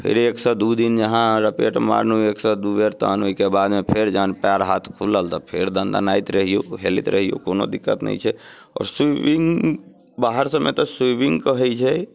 फेर एकसँ दू दिन जहाँ रपेट मारलहुँ एकसँ दू बेर तखन ओहिके बादमे फेर जखन पएर हाथ खुलल तऽ फेर दनदनाइत रहियौ हेलैत रहियौ कोनो दिक्कत नहि छै आओर स्वीमिंग बाहर सभमे तऽ स्वीमिंग कहैत छै